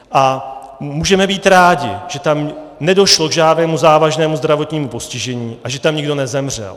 A můžeme být rádi, že tam nedošlo k žádnému závažnému zdravotnímu postižení a že tam nikdo nezemřel.